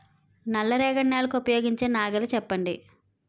నల్ల రేగడి నెలకు ఉపయోగించే నాగలి చెప్పండి?